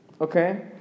Okay